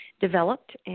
developed